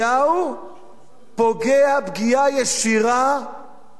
פוגע פגיעה ישירה בציבור,